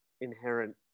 inherent